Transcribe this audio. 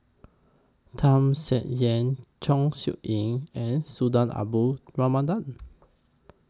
Tham Sien Yen Chong Siew Ying and Sultan Abdul Rahman Done